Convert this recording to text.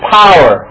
power